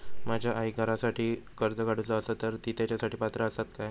माझ्या आईक घरासाठी कर्ज काढूचा असा तर ती तेच्यासाठी पात्र असात काय?